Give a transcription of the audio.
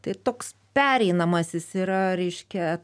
tai toks pereinamasis yra reiškia